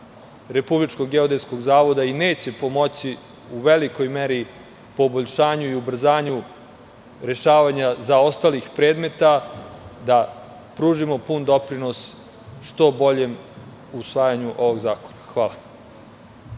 neće unaprediti rad RGZ i neće pomoći u velikoj meri poboljšanju i ubrzanju rešavanja zaostalih predmeta, da pružimo pun doprinos što boljem usvajanju ovog zakona. Hvala.